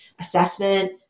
assessment